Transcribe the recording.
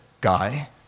guy